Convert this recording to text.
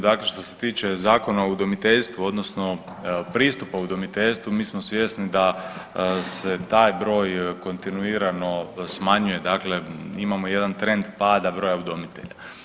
Dakle, što se tiče Zakona o udomiteljstvu odnosno pristupa udomiteljstvu mi smo svjesni da se taj broj kontinuirano smanjuje, dakle imamo jedan trend pada broja udomitelja.